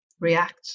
react